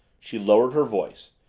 she lowered her voice.